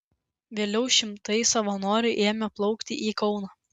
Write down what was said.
vėliau šimtai savanorių ėmė plaukti į kauną